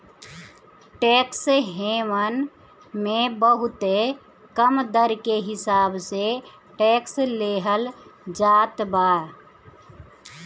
tax haven मे बहुते कम दर के हिसाब से टैक्स लेहल जात बा